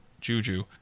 Juju